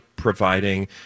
providing